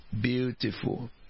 Beautiful